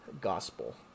gospel